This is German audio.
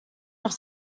noch